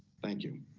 thank you,